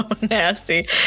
nasty